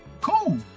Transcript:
cool